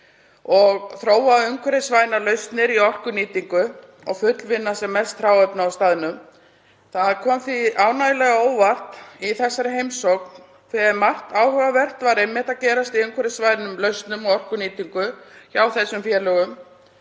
og þróa umhverfisvænar lausnir í orkunýtingu og fullvinna sem mest hráefni á staðnum. Það kom því ánægjulega á óvart í þeirri heimsókn hve margt áhugavert var að gerast í umhverfisvænum lausnum og orkunýtingu hjá þessum félögum.